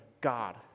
God